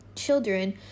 children